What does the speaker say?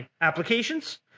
applications